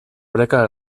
oreka